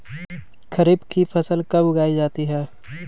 खरीफ की फसल कब उगाई जाती है?